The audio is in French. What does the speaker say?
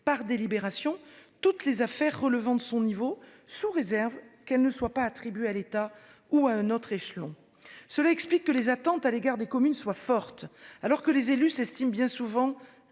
par délibération toutes les affaires relevant de son niveau, sous réserve qu'elles ne soient pas attribuées à l'État ou à un autre échelon. Cela explique que les attentes à l'égard des communes soient fortes, alors que les élus s'estiment bien souvent